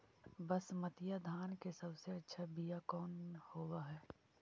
बसमतिया धान के सबसे अच्छा बीया कौन हौब हैं?